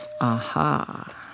Aha